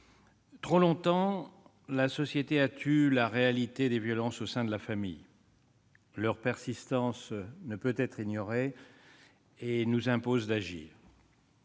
trop longtemps, la société a tu la réalité des violences au sein de la famille. Leur persistance ne peut être ignorée et nous impose d'agir.